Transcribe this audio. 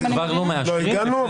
כבר לא מאשרים, לפני שהגענו?